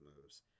moves